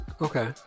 Okay